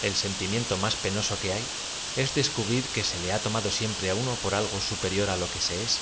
el sentimiento más penoso que hay es descubrir que se le ha tomado siempre á uno por algo superior á lo que se es